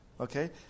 Okay